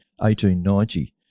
1890